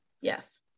yes